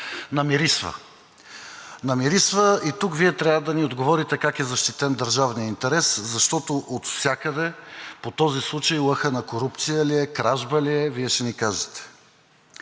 намирисва – намирисва! – и тук Вие трябва да ни отговорите как е защитен държавният интерес, защото отвсякъде по този случай лъха на корупция ли е, кражба ли е, Вие ще ни кажете.